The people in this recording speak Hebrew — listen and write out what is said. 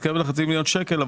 מתקרב לחצי מיליון שקל,